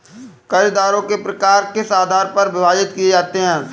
कर्जदारों के प्रकार किस आधार पर विभाजित किए जाते हैं?